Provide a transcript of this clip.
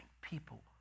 people